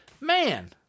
man